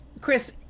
Chris